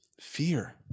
Fear